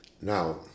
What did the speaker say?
Now